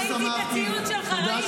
ראיתי את הציוץ שלך, ראיתי.